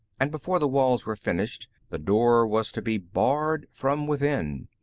and before the walls were finished, the door was to be barred from within.